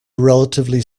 relatively